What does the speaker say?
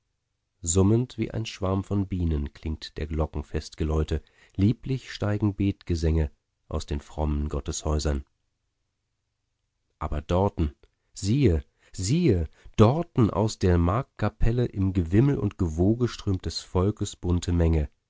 summend wie ein schwarm von bienen klingt der glocken festgeläute lieblich steigen betgesänge aus den frommen gotteshäusern aber dorten siehe siehe dorten aus der marktkapelle im gewimmel und gewoge strömt des volkes bunte menge